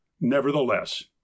nevertheless